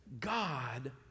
God